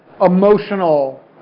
emotional